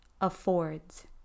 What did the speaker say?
affords